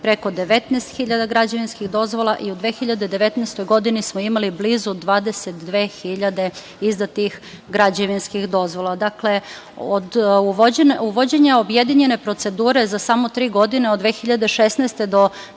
preko 19 hiljada građevinskih dozvola i u 2019. godini smo imali blizu 22 hiljade izdatih građevinskih dozvola. Dakle, od uvođenja objedinjene procedure, za samo tri godine, od 2016. do 2019.